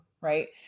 right